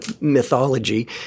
mythology